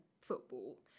football